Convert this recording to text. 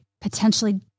potentially